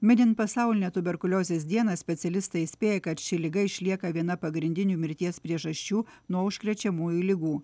minint pasaulinę tuberkuliozės dieną specialistai įspėja kad ši liga išlieka viena pagrindinių mirties priežasčių nuo užkrečiamųjų ligų